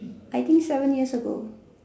I think seven years ago